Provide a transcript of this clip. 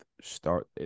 start